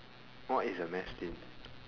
what is a mess tin